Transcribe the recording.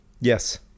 Yes